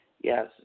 Yes